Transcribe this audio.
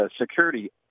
security